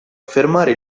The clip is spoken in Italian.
affermare